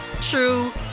true